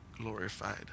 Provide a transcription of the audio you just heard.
glorified